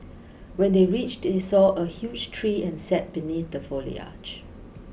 when they reached they saw a huge tree and sat beneath the foliage